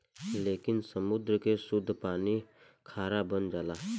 लेकिन समुंद्र के सुद्ध पानी खारा बन जाला